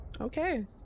Okay